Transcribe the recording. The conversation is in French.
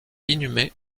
inhumé